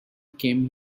came